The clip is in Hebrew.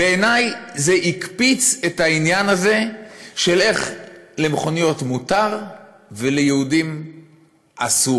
בעיניי זה הקפיץ את העניין הזה של איך למכוניות מותר וליהודים אסור.